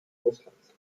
russlands